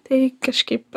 tai kažkaip